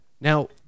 now